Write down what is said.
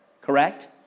correct